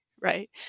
Right